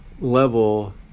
level